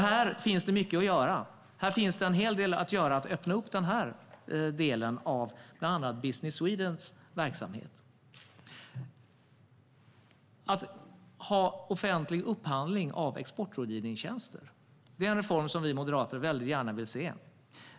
Här finns mycket att göra, bland annat genom att öppna upp den delen av Business Swedens verksamhet. Att ha offentlig upphandling av exportrådgivningstjänster är en reform som vi moderater gärna vill se.